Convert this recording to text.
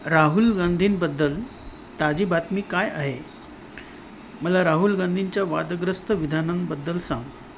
राहुल गांधींबद्दल ताजी बातमी काय आहे मला राहुल गांधींच्या वादग्रस्त विधानांबद्दल सांग